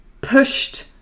pushed